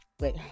wait